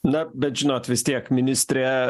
na bet žinot vis tiek ministrė